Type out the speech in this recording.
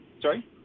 sorry